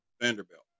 Vanderbilt